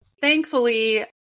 thankfully